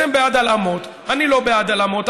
אתם בעד הלאמות, אני לא בעד הלאמות.